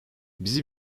bizi